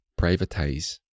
privatize